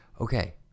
okay